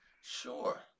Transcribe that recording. sure